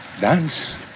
Dance